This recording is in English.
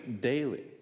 daily